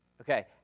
Okay